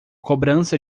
cobrança